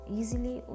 easily